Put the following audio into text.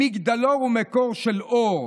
מגדלור הוא מקור של אור.